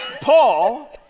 Paul